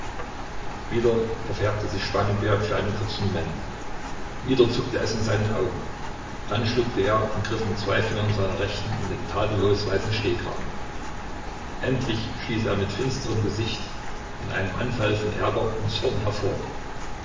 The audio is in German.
wieder verfärbte sich spangenberg für einen kurzen moment wieder zuckte es in seinen augen dann schluckte er und griff mit zwei fingern seiner rechten in den tadellos weißen stehkragen endlich stieß er mit finsterem gesicht in einem anfall von ärger und zorn hervor